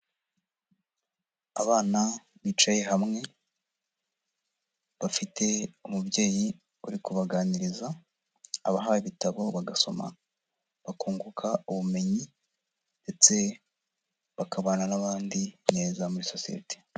Abana bicaye hamwe, bafite umubyeyi uri kubaganiriza, abaha ibitabo bagasoma bakunguka ubumenyi, ndetse bakabana n'abandi neza muri sosiyete.